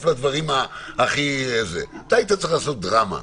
היית צריך לעשות דרמה,